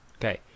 okay